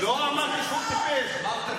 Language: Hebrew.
מה עושים שם לילדים?